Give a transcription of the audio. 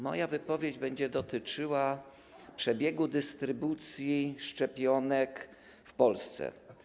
Moja wypowiedź będzie dotyczyła przebiegu dystrybucji szczepionek w Polsce.